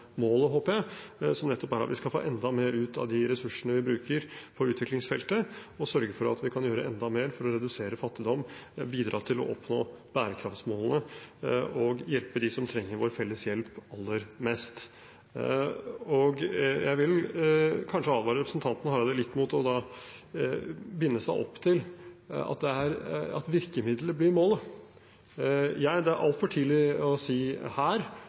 målet, håper jeg, som nettopp er at vi skal få enda mer ut av de ressursene vi bruker på utviklingsfeltet, og sørge for at vi kan gjøre enda mer for å redusere fattigdom, bidra til å oppnå bærekraftsmålene og hjelpe dem som trenger vår felles hjelp aller mest. Jeg vil advare representanten Hareide litt mot å binde seg opp til at virkemiddelet blir målet. Det er altfor tidlig å si